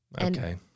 Okay